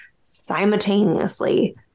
simultaneously